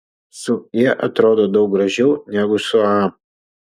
su ė atrodo daug gražiau negu su a